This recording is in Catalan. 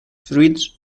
fruits